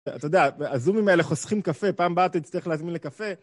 אתה יודע, הזומים האלה חוסכים קפה. פעם באת, תצטרך להזמין לקפה.